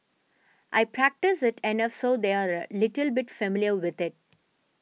I practice it enough so they're a little bit familiar with it